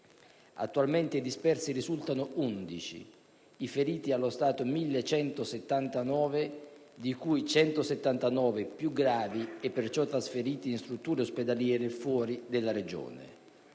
Attualmente i dispersi risultano 11, i feriti allo stato 1.179, di cui 179 più gravi e perciò trasferiti in strutture ospedaliere fuori della Regione.